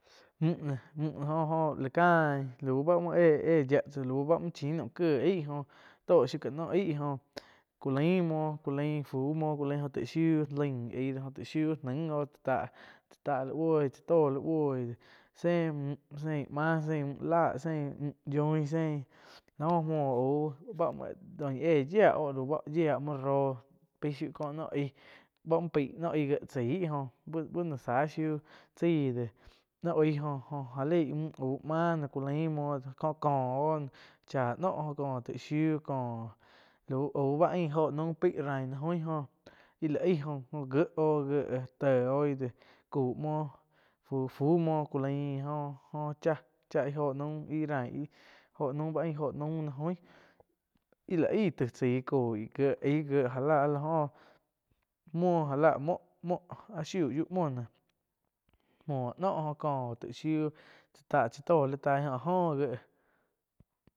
Müh noh müh jo-jo la cain lau ba muoh éh-éh yiah tzá lau muo chin nauh kíe aíh jó tóh shiu ká noh áih jóh ku lain muoh ku lain fu muo kulain taíg shiu laian aíh dó jo taig shiu lain do jo taig shiu nain go tsá táh li buoi tsai tóh li buoi zéh muoh müh zein máh zein mü láh zein mü yoin zein la óh muoh auh bá dóh ñi éh yiá oh lau báh yiáh müh róh paih shíuh kó noh aíg bá muo paih nóh aíh gíe tzáih jo bu-bu zah shiu chaí de no aih gó já leih mü au mäh no ku lain muoh ko oh cháh nóh cóh taig shíu cóh lau au bá ain óho naum paih rain naih join jó íh la aih jo-jo gié óh gíe téh oh íh déh kau muoh fu fu muo ku lain jo-jo cháh íh óho naum íh rain óho naum bá ain óho naum naih oin íh láh aig taig tzaih íh coih gie aíh gie já lá áh la jóh mhuo já la muo-muo áh shiu yiu muoh nóh muoh noh óh kóh taig shiuh tzá tá chai tóh li taí jo óh gie.